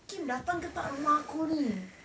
kim datang ke tak rumah aku ni